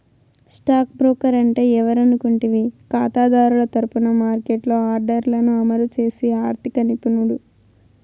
stock broker అంటే ఎవరనుకుంటివి కాతాదారుల తరపున మార్కెట్లో ఆర్డర్లను అమలు చేసి ఆర్థిక నిపుణుడు